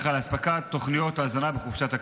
תוכניות הזנה בחופשת הקיץ.